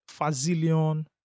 Fazilion